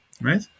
right